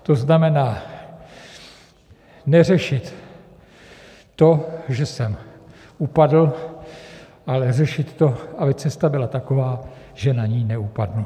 To znamená neřešit to, že jsem upadl, ale řešit to, aby cesta byla taková, že na ní neupadneme.